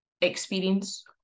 experience